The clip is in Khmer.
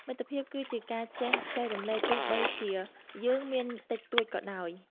មិត្តភាពគឺជាការចេះចែករំលែកទោះបីជាយើងមានតិចតួចក៏ដោយ។